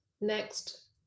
next